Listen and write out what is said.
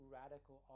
radical